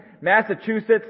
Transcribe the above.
Massachusetts